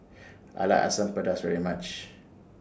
I like Asam Pedas very much